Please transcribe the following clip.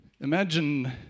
Imagine